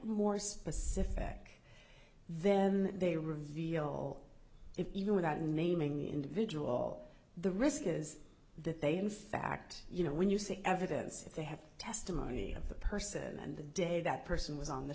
more specific then they reveal if you know without naming the individual the risk is that they in fact you know when you see evidence if they have testimony of the person and the day that person was on the